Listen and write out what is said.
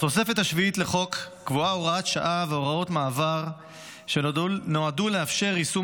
בתוספת השביעית לחוק קבועה הוראת שעה והוראות מעבר שנועדו לאפשר יישום